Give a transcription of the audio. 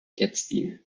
gadsden